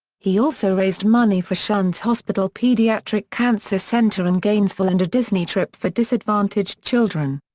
he also raised money for shands hospital pediatric cancer center in gainesville and a disney trip for disadvantaged children.